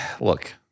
look